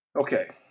Okay